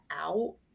out